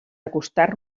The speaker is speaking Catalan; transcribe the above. acostar